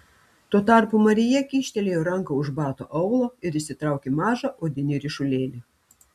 tuo tarpu marija kyštelėjo ranką už bato aulo ir išsitraukė mažą odinį ryšulėlį